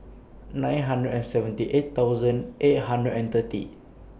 nine hundred and seventy eight thousand eight hundred and thirty